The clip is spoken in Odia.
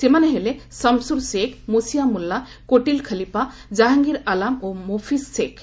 ସେମାନେ ହେଲେ ସମ୍ସୁର ଶେଖ୍ ମୋସିଆ ମୁଲ୍ଲା କୋଟିଲ୍ ଖଲିଫା ଜାହାଙ୍ଗୀର ଆଲାମ୍ ଓ ମୋଫିସ୍ ଶେଖ୍